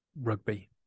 rugby